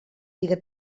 siga